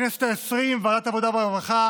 בכנסת העשרים ועדת העבודה והרווחה